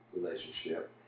relationship